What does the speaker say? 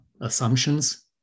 assumptions